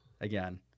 again